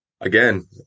Again